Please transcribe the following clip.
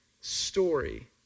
story